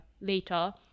later